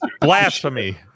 Blasphemy